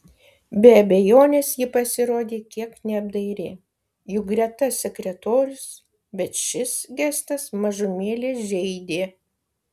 be abejonės ji pasirodė kiek neapdairi juk greta sekretorius bet šis gestas mažumėlę žeidė